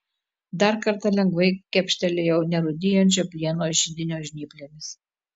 dar kartą lengvai kepštelėjau nerūdijančio plieno židinio žnyplėmis